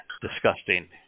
disgusting